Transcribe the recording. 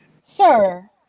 sir